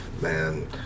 Man